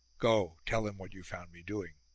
go, tell him what you found me doing.